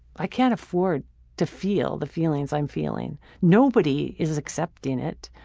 i can't afford to feel the feelings i'm feeling. nobody is accepting it,